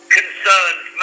concerns